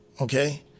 okay